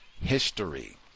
history